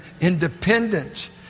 independence